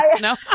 no